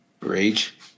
Rage